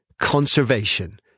Conservation